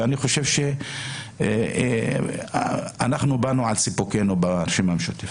ואני חושב שבאנו על סיפוקנו ברשימה המשותפת.